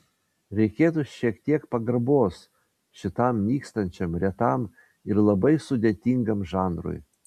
reikėtų šiek tiek pagarbos šitam nykstančiam retam ir labai sudėtingam žanrui